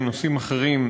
הם נושאים אחרים,